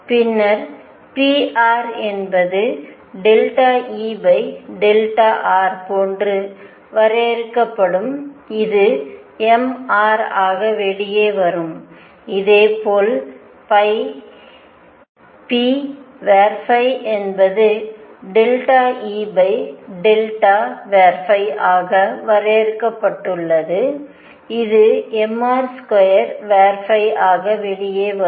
பின்னர் pr என்பது ∂E ∂r போன்று வரையறுக்கப்படும் ̇ இது m r ஆக வெளியே வரும் ̇ இதேபோல் p என்பது ∂E ∂̇ ஆக வரையறுக்கப்பட்டுள்ளது இது mr2 ஆக வெளியே வரும்